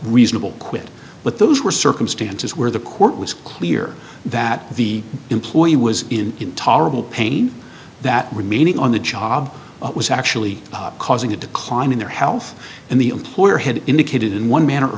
reasonable quit but those were circumstances where the court was clear that the employee was in intolerable pain that remaining on the job was actually causing a decline in their health and the employer had indicated in one man